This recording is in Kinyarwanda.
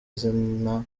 zina